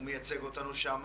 הוא מייצג אותנו שם.